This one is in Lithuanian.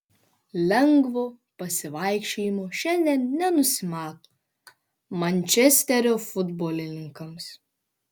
lengvo pasivaikščiojimo šiandien nenusimato mančesterio futbolininkams